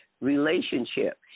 relationship